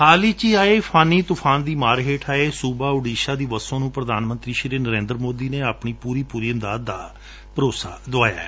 ਹਾਲ ਵਿੱਚ ਹੀ ਆਏ ਫਾਨੀ ਤੁਫਾਨ ਦੀ ਮਾਰ ਹੇਠ ਆਏ ਸੂਬਾ ਉਡੀਸ਼ਾ ਦੀ ਵਸੋਂ ਨੂੰ ਪ੍ਰਧਾਨਮੰਤਰੀ ਸ਼੍ਰੀ ਨਰੇਂਦਰ ਮੋਦੀ ਨੇ ਆਪਣੀ ਪੁਰੀ ਪੁਰੀ ਇਮਦਾਦ ਦਾ ਭਰੋਸਾ ਦਵਾਇਐ